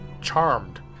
charmed